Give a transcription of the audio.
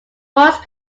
voice